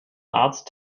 arzt